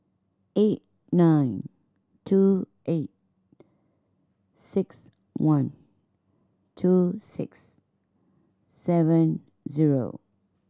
eight nine two eight six one two six seven zero